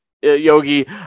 Yogi